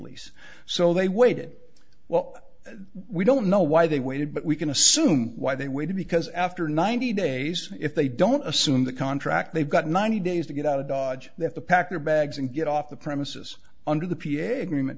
lease so they waited well we don't know why they waited but we can assume why they waited because after ninety days if they don't assume the contract they've got ninety days to get out of dodge they have to pack their bags and get off the premises under the p a agreement